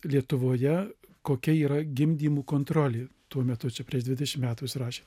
lietuvoje kokia yra gimdymų kontrolė tuo metu čia prieš dvidešim metų jis rašė